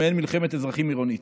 למעין מלחמת אזרחים עירונית.